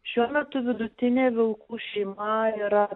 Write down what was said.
šiuo metu vidutinė vilkų šeima yra